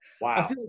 wow